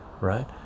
Right